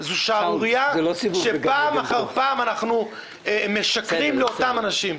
זו שערורייה שפעם אחר פעם אנחנו משקרים לאותם אנשים.